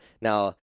Now